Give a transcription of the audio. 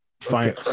Fine